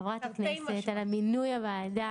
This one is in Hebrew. חברת הכנסת על מינוי הוועדה.